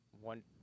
one